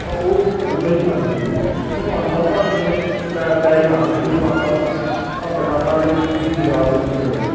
ਤਾਂ ਉਹ ਬੰਦਾ ਹੀ ਨਹੀਂ ਮੰਨਦੇ ਉਹਨੂੰ ਤਾਂ ਉਹਨੂੰ ਅਨਪੜ੍ਹ ਦਾ ਸਮੇਤ ਟੈ ਟੈਗ ਲਾ ਦਿੰਦੇ ਵੀ ਤੂੰ ਅਨਪੜ੍ਹ ਆ ਅਰ ਦੁਕਾਨਾਂ ਦੇ ਵਿੱਚ ਤੁਸੀਂ ਬਾਜ਼ਾਰ ਦੇ ਵਿੱਚ ਚਲੇ ਜਾਉ